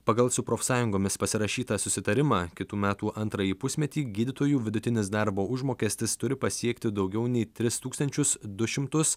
pagal su profsąjungomis pasirašytą susitarimą kitų metų antrąjį pusmetį gydytojų vidutinis darbo užmokestis turi pasiekti daugiau nei tris tūkstančius du šimtus